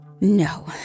No